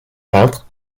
peintres